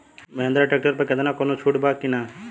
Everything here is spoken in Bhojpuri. महिंद्रा ट्रैक्टर पर केतना कौनो छूट बा कि ना?